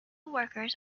workers